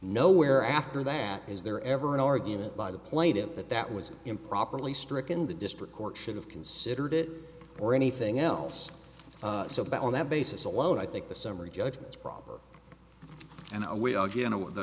no where after that is there ever an argument by the plaintive that that was improperly stricken the district court should have considered it or anything else so back on that basis alone i think the summary judgment problem and